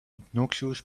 obnoxious